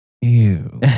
Ew